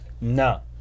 No